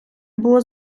було